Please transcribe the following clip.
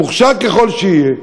מוכשר ככל שיהיה,